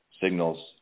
signals